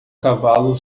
cavalo